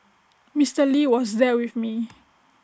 Mister lee was there with me